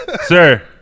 Sir